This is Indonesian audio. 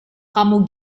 kamu